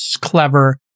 clever